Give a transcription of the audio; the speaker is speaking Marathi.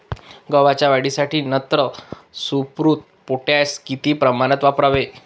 गव्हाच्या वाढीसाठी नत्र, स्फुरद, पोटॅश किती प्रमाणात वापरावे?